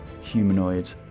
humanoid